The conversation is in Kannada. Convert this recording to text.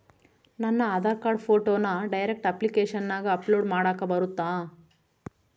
ನನ್ನ ಆಧಾರ್ ಕಾರ್ಡ್ ಫೋಟೋನ ಡೈರೆಕ್ಟ್ ಅಪ್ಲಿಕೇಶನಗ ಅಪ್ಲೋಡ್ ಮಾಡಾಕ ಬರುತ್ತಾ?